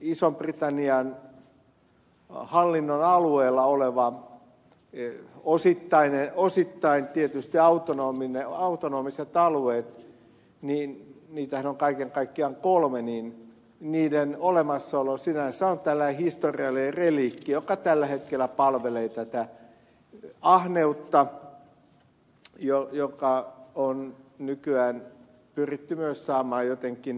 tällaisten ison britannian hallinnon alueella olevien osittain tietysti autonomisten alueiden niitähän on kaiken kaikkiaan kolme olemassaolo sinänsä on tällainen historiallinen reliikki joka tällä hetkellä palvelee tätä ahneutta joka on nykyään pyritty myös saamaan jotenkin hyväksyttäväksi ominaisuudeksi